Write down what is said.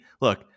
look